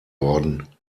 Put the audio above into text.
worden